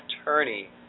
attorney